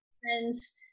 friends